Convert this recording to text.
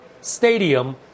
stadium